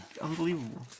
unbelievable